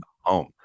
home